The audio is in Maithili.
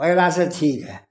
पहिले से ठीक हइ